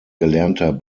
gelernter